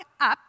up